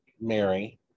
Mary